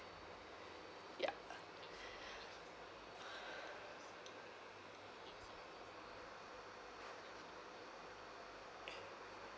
ya